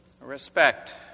respect